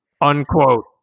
Unquote